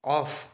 of